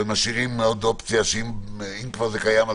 ומשאירים עוד אופציה שאם כבר זה קיים,